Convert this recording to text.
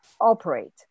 operate